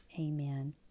amen